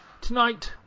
tonight